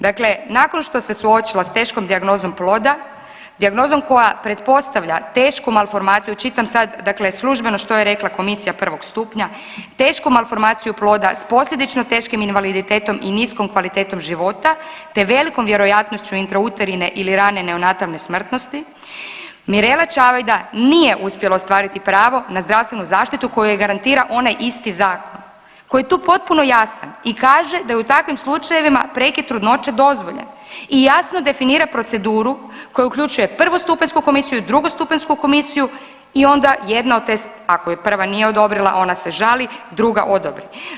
Dakle, nakon što se suočila s teškom dijagnozom ploda, dijagnozom koja pretpostavlja tešku malformaciju, čitam sad službeno što je rekla komisija prvog stupnja, tešku malformaciju ploda s posljedično teškim invaliditetom i niskom kvalitetom života te velikom vjerojatnošću intrauterne ili rane neonatalne smrtnosti Mirela Čavajda nije uspjela ostvariti pravo na zdravstvenu zaštitu koju joj garantira onaj isti zakon koji je tu potpuno jasan i kaže da u takvim slučajevima prekid trudnoće dozvoljen i jasno definira proceduru koja uključuje prvostupanjsku komisiju, drugostupanjsku komisiju i onda jedna od te, ako je prva nije odobrila ona se žali, druga odobri.